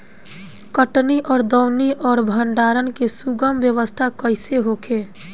कटनी और दौनी और भंडारण के सुगम व्यवस्था कईसे होखे?